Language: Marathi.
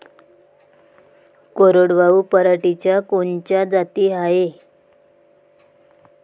कोरडवाहू पराटीच्या कोनच्या जाती हाये?